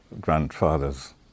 grandfathers